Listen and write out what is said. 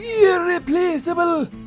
Irreplaceable